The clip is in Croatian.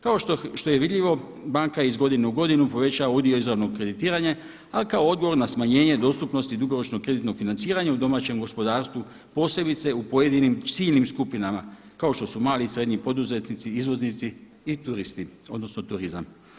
Kako što je i vidljivo banka je iz godine u godinu povećava udio izravnog kreditiranja a kao odgovor na smanjenje dostupnosti dugoročno kreditnog financiranja u domaćem gospodarstvu posebice u pojedinim ciljanim skupinama kao što su mali i srednji poduzetnici, izvoznici i turisti, odnosno turizam.